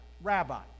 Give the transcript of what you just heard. rabbi